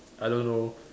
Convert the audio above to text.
I don't know